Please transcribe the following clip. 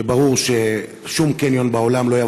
שכן ברור ששום קניון בעולם לא יבוא